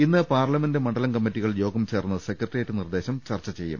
ഇന്ന് പാർലമെന്റ് മണ്ഡലം കമ്മിറ്റികൾ യോഗം ചേർന്ന് സെക്ര ട്ടറിയേറ്റ് നിർദേശം ചർച്ച ചെയ്യും